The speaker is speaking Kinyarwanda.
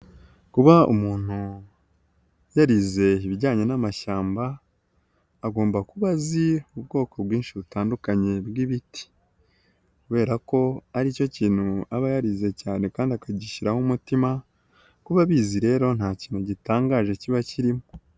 Kuba umuntu yarize ibijyanye n'amashyamba, agomba kuba azi ubwoko bwinshi butandukanye bw'ibiti kubera ko ari cyo kintu aba yarize cyane kandi akagishyiraho umutima, ko abizi rero nta kintu gitangaje kiba kirimo.